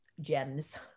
gems